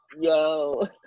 Yo